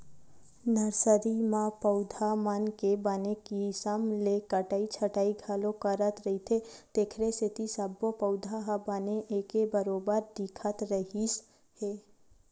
nursery म पउधा मन के बने किसम ले कटई छटई घलो करत रहिथे तेखरे सेती सब्बो पउधा ह बने एके बरोबर दिखत रिहिस हे